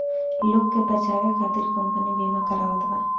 लोग के बचावे खतिर कम्पनी बिमा करावत बा